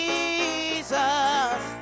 Jesus